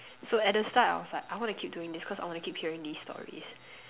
so at the start I was like I want to keep doing this cause I want to keep hearing these stories